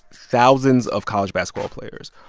thousands of college basketball players,